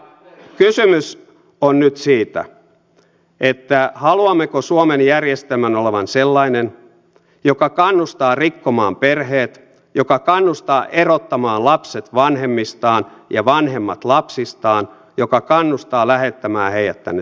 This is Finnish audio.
kysymys on nyt siitä haluammeko suomen järjestelmän olevan sellainen joka kannustaa rikkomaan perheet joka kannustaa erottamaan lapset vanhemmistaan ja vanhemmat lapsistaan joka kannustaa lähettämään heidät tänne suomeen